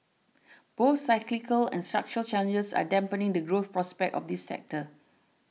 both cyclical and structural challenges are dampening the growth prospects of this sector